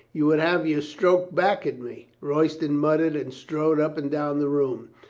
you would have your stroke back at me, royston muttered and strode up and down the room.